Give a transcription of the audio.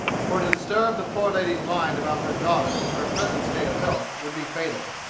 for to disturb the poor lady's mind about her daughter in her present state of health would be fatal.